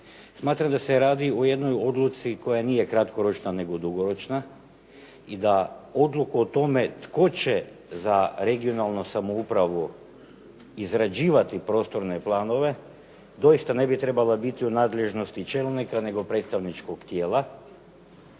Smatram da se radi o jednoj odluci koja nije kratkoročna nego dugoročna i da odluku o tome tko će za regionalnu samoupravu izrađivati prostorne planove doista ne bi trebala biti u nadležnosti čelnika, nego predstavničkog tijela